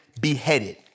beheaded